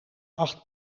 acht